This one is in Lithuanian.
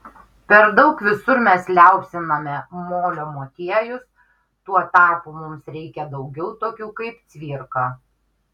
per daug visur mes liaupsiname molio motiejus tuo tarpu mums reikia daugiau tokių kaip cvirka